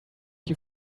you